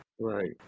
Right